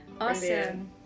Awesome